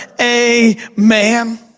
Amen